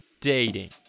dating